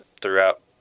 throughout